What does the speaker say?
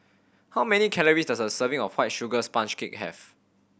how many calories does a serving of White Sugar Sponge Cake have